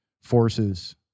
forces